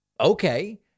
Okay